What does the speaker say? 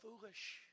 foolish